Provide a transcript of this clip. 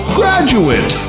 graduate